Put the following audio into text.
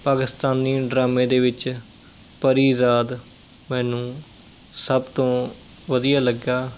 ਪਾਕਿਸਤਾਨੀ ਡਰਾਮੇ ਦੇ ਵਿੱਚ ਪਰੀਜ਼ਾਦ ਮੈਨੂੰ ਸਭ ਤੋਂ ਵਧੀਆ ਲੱਗਾ